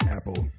Apple